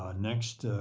ah next,